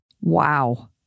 Wow